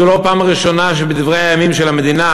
זו לא הפעם הראשונה בדברי הימים של המדינה,